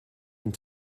and